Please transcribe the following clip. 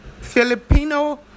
Filipino